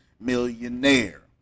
millionaire